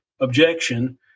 objection